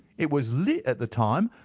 it was lit at the time,